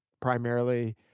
primarily